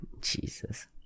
Jesus